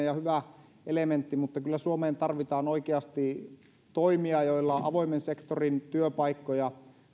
ja hyvä elementti mutta kyllä suomeen tarvitaan oikeasti toimia joilla avoimen sektorin työpaikkoja